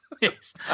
Yes